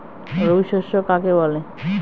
রবি শস্য কাকে বলে?